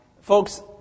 folks